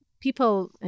people